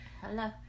Hello